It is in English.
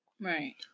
right